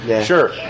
Sure